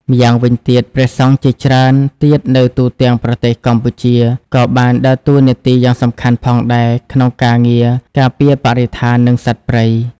ម្យ៉ាងវិញទៀត ព្រះសង្ឃជាច្រើនទៀតនៅទូទាំងប្រទេសកម្ពុជាក៏បានដើរតួនាទីយ៉ាងសំខាន់ផងដែរ ក្នុងការងារការពារបរិស្ថាន និងសត្វព្រៃ។